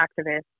activists